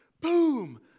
boom